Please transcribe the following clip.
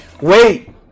wait